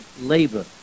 labor